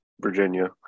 Virginia